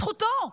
זכותו,